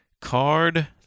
card